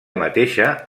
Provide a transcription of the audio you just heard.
mateixa